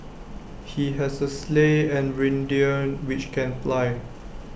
he has A sleigh and reindeer which can fly